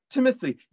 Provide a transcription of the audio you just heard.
Timothy